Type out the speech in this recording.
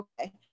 okay